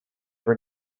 were